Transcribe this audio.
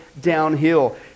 downhill